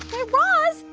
guy raz,